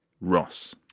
Ross